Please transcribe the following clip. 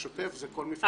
לשוטף זה כל מפלגה בנפרד.